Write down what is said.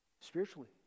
Spiritually